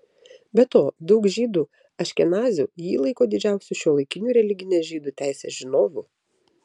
be to daug žydų aškenazių jį laiko didžiausiu šiuolaikiniu religinės žydų teisės žinovu